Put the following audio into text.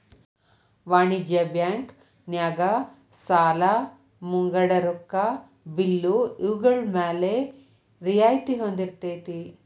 ವಾಣಿಜ್ಯ ಬ್ಯಾಂಕ್ ನ್ಯಾಗ ಸಾಲಾ ಮುಂಗಡ ರೊಕ್ಕಾ ಬಿಲ್ಲು ಇವ್ಗಳ್ಮ್ಯಾಲೆ ರಿಯಾಯ್ತಿ ಹೊಂದಿರ್ತೆತಿ